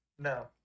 no